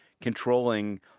controlling